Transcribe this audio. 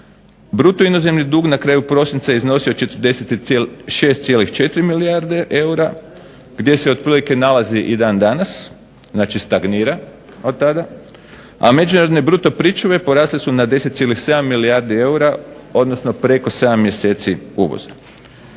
Bruto inozemni dug na kraju prosinca je iznosio 46,4 milijarde eura gdje se otprilike nalazi i dan danas, znači stagnira od tada, a međunarodne bruto pričuve porasle su na 10,7 milijardi eura, odnosno preko 7 mjeseci uvoza.